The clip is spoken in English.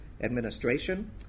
Administration